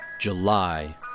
July